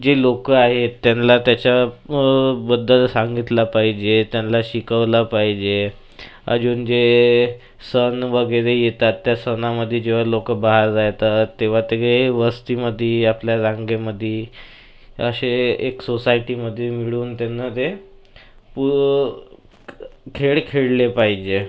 जे लोकं आहे त्यांला त्याच्याबद्दल सांगितलं पाहिजे त्यांना शिकवला पाहिजे अजून जे सण वगैरे येतात त्या सनामध्ये जेव्हा लोक बाहेर जातात तेव्हा ते काही वस्तीमध्ये असे आपल्या रांगेमध्ये अशे एक सोसायटीमध्ये मिळून त्यांना ते खेळ खेळले पाहिजे